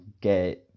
get